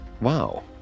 Wow